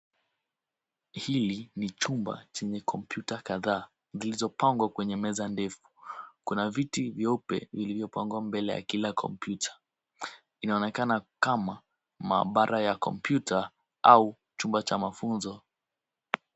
Hili ni chumba chenye kompyuta kadhaa zilizopangwa kwenye meza ndefu ,kuna viti vyeupe vilivyopangwa mbele ya kila kompyuta, inaonekana kama maabara ya kompyuta au chumba cha mafunzo.